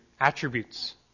attributes